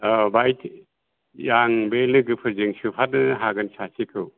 औ बेहाय आं बे लोगोफोरजों सोफानो हागोन सासेखौ